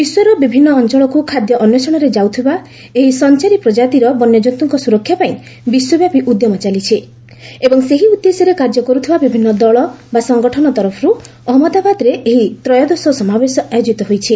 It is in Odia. ବିଶ୍ୱର ବିଭିନ୍ନ ଅଞ୍ଚଳକୁ ଖାଦ୍ୟ ଅନ୍ଧେଷଣରେ ଯାଉଥିବା ଏହି ସଂଚାରୀ ପ୍ରଜାତିର ବନ୍ୟକନ୍ତୁଙ୍କ ସ୍ୱରକ୍ଷା ପାଇଁ ବିଶ୍ୱବ୍ୟାପୀ ଉଦ୍ୟମ ଚାଲିଛି ଏବଂ ସେହି ଉଦ୍ଦେଶ୍ୟରେ କାର୍ଯ୍ୟ କରୁଥିବା ବିଭିନ୍ନ ଦଳ ବା ସଂଗଠନ ତରଫରୁ ଅହମ୍ମଦାବାଦରେ ଏହି ତ୍ରୟୋଦଶ ସମାବଶେ ଆୟୋଜିତ ହୋଇଛି